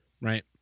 Right